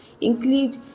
include